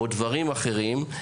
או דברים אחרים,